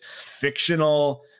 fictional